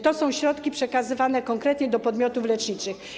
To są środki przekazywane konkretnie do podmiotów leczniczych.